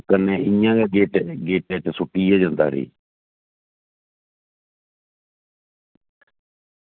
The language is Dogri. ते कन्नै इंया गै गेटै उप्पर सुट्टियै जंदा उठी